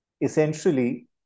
essentially